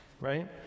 right